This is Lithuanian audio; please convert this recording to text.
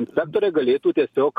inspektoriai galėtų tiesiog